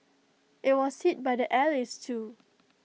IT was hit by the allies too